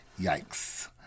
Yikes